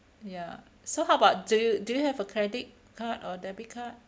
ya so how about do you do you have a credit card or debit card